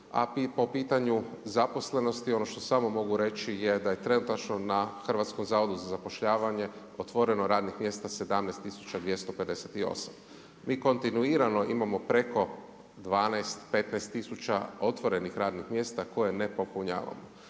a po pitanju zaposlenosti ono što samo mogu reći je da je trenutačno na Hrvatskom zavodu za zapošljavanje otvoreno radnih mjesta 17258. Mi kontinuirano imamo preko 12, 15000 otvorenih radnih mjesta koje ne popunjavamo.